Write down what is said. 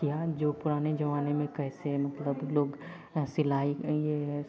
किया जो पुराने ज़माने में कैसे मतलब लोग सिलाई यह